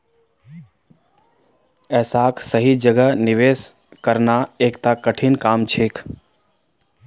ऐसाक सही जगह निवेश करना एकता कठिन काम छेक